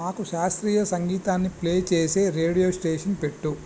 నాకు శాస్త్రీయ సంగీతాన్నిప్లే చేసే రేడియో స్టేషన్ పెట్టుము